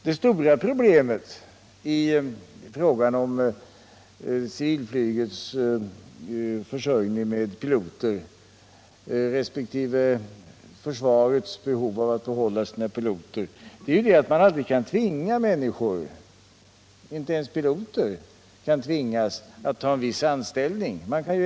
Det stora problemet när det gäller civilflygets försörjning med piloter resp. försvarets behov av att behålla sina piloter är ju att man aldrig kan tvinga människor —- inte ens piloter — att ta en viss anställning.